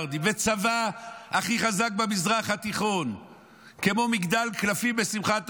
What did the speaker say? וצבא הכי חזק במזרח התיכון נופל כמו מגדל קלפים בשמחת תורה,